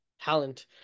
talent